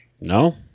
No